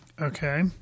Okay